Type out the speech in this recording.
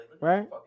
Right